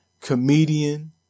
comedian